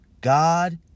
God